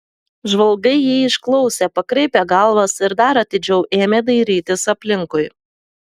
žvalgai jį išklausė pakraipė galvas ir dar atidžiau ėmė dairytis aplinkui